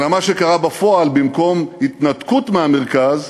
אלא מה שקרה בפועל, במקום התנתקות מהמרכז,